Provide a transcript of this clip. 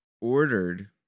ordered